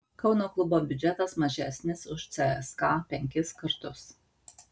kauno klubo biudžetas mažesnis už cska penkis kartus